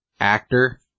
actor